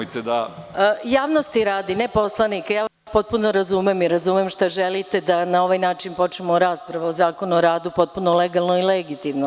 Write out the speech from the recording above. Javnosti radi, ne poslanika, potpuno vas razumem i razumem šta želite, da na ovaj način počnemo raspravu o Zakonu o radu potpuno legalno i legitimno.